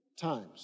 times